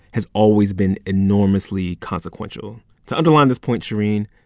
has always been enormously consequential. to underline this point, shereen,